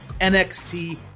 NXT